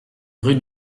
rue